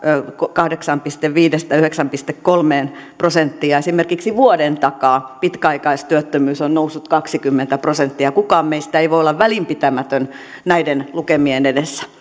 kahdeksasta pilkku viidestä yhdeksään pilkku kolmeen prosenttiin ja esimerkiksi vuoden takaa pitkäaikaistyöttömyys on on noussut kaksikymmentä prosenttia kukaan meistä ei voi olla välinpitämätön näiden lukemien edessä